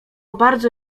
bardzo